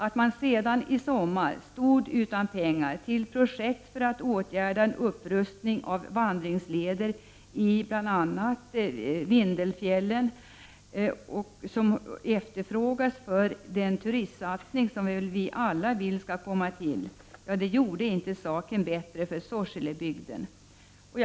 Att man sedan i sommar stod utan pengar till projekt för att åtgärda en upprustning av vandringsleder i bl.a. Vindelfjällen gjorde inte saken bättre för Sorselebygden. Medlen efterfrågades ju för den turistsatsning som vi alla önskar.